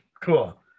cool